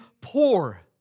poor